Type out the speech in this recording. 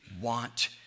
want